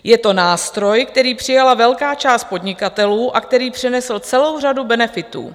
Je to nástroj, který přijala velká část podnikatelů a který přinesl celou řadu benefitů.